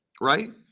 right